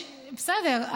בסדר.